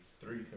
three